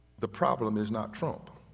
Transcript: the problem is not trump.